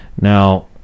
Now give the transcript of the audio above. Now